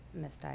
misdiagnosed